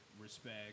respect